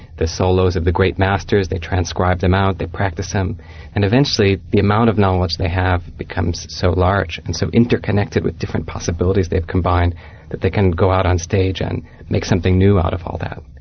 the solos of the great masters, they transcribe them out, they practise them and eventually the amount of knowledge they have becomes so large and so inter-connected with different possibilities they've combined they can go out on stage and make something new out of all that.